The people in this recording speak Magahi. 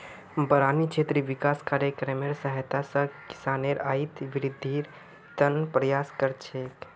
बारानी क्षेत्र विकास कार्यक्रमेर सहायता स किसानेर आइत वृद्धिर त न प्रयास कर छेक